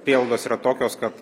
prielaidos yra tokios kad